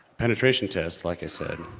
penetration test like i said.